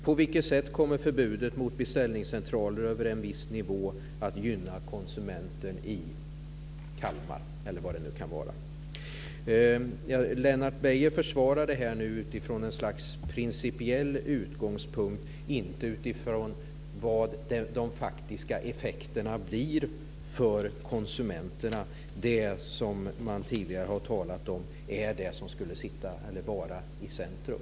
På vilket sätt kommer förbudet mot beställningscentraler över en viss nivå att gynna konsumenten i t.ex. Kalmar? Lennart Beijer försvarade utifrån en principiell utgångspunkt, inte utifrån vad de faktiska effekterna blir för konsumenterna. Det som man tidigare har talat om är det som ska vara i centrum.